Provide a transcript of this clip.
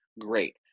great